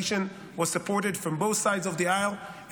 was supported from both sides of the isle,